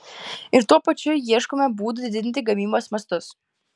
ir tuo pačiu ieškome būdų didinti gamybos mastus